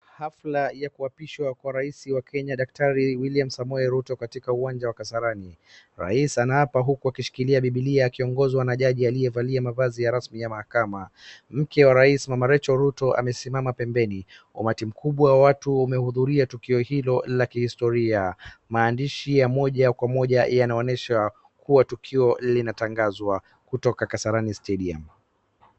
Hafla ya kuapishwa kwa rais wa Kenya daktari William Samoei Ruto katika uwanja wa kasarani, rais anaapa huku akishikilia bibilia akiongozwa na jaji aliyevalia mavazi ya rasmi ya mahakama. Mke wa rais mama Racheal Ruto amesimama pembeni, umati mkubwa wa watu umehudhuria tukio hilo la kihistoria. Maandishi ya moja kwa moja yanaonyesha kuwa tukio linatangazwa kutoka kasarani stadium .